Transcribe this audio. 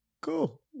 cool